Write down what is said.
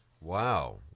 Wow